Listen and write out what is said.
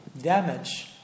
damage